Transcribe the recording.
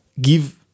give